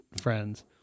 friends